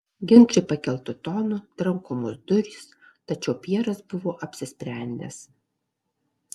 ginčai pakeltu tonu trankomos durys tačiau pjeras buvo apsisprendęs